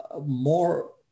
more